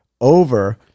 over